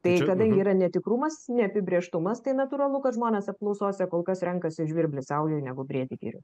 tai kadangi yra netikrumas neapibrėžtumas tai natūralu kad žmonės apklausose kol kas renkasi žvirblį saujoj negu briedį girioj